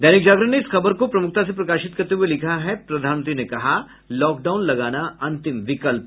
दैनिक जागरण ने इस खबर को प्रमुखता से प्रकाशित करते हुये लिखा है प्रधानमंत्री ने कहा लॉकडाउन लगाना अंतिम विकल्प